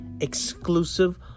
exclusive